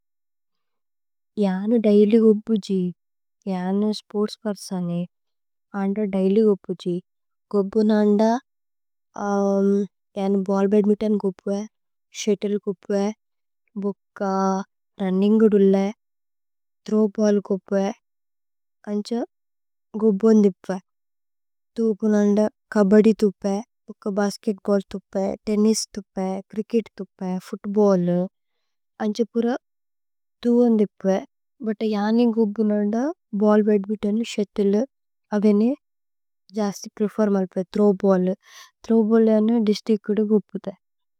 ജാനു daily ഗുബ്ബു ജി ജാനു സ്പോര്ത്സ്പേര്സോനി അന്ദ। ദൈലി ഗുബ്ബു ജി ഗുബ്ബുന് അന്ദ ജാനു ബല്ല് ബദ്മിന്തോന്। ഗുബ്വേ ശുത്ത്ലേ ഗുബ്വേ ബുക്ക രുന്നിന്ഗു ദുല്ലേ ഥ്രോവ്। ബല്ല് ഗുബ്വേ അന്ഛ ഗുബ്ബോന് ദിപ്വേ തുപുന്। അന്ദ കബദി തുപ്വേ ബുക്ക ബസ്കേത്ബല്ല് തുപ്വേ തേന്നിസ്। തുപ്വേ ച്രിച്കേത് തുപ്വേ ഫൂത്ബല്ലു അന്ഛ പുര ഥുവന്। ദിപ്വേ ബുത്ത യാനി ഗുബ്ബുന് അന്ദ ബല്ല് ബദ്മിന്തോനു। ശുത്ത്ലേഉ അവേനി ജസ്തി പ്രേഫേര്മല്പേ ഥ്രോവ് ബല്ലു। ഥ്രോവ് ബല്ലു അനു ദിസ്ത്രിച്ത് കുദു ഗുബ്ബുധേ।